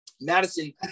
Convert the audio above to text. madison